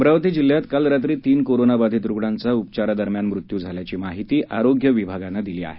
अमरावती जिल्ह्यात काल रात्री तीन कोरोना बाधित रुग्णांचा उपचारा दरम्यान मृत्यू झाल्याची माहिती आरोग्य विभागानं दिली आहे